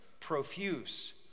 Profuse